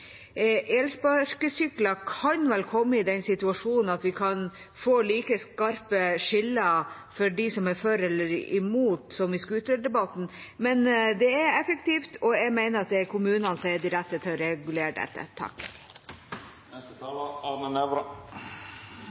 Elsparkesykler kan vel komme i den situasjonen at vi kan få like skarpe skiller mellom dem som er for og imot, som i scooterdebatten. Men det er effektivt, og jeg mener at det er kommunene som er de rette til å regulere dette.